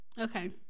Okay